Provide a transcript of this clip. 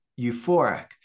euphoric